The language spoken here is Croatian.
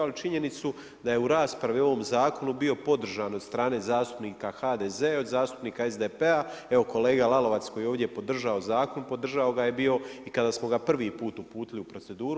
Ali činjenica da je u raspravi o ovom zakonu bio podržan od strane zastupnika HDZ-a i od zastupnika SDP-a, evo kolega Lalovac koji je ovdje podržao zakon podržao ga je bio i kada smo ga prvi put uputili u proceduru.